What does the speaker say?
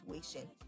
situation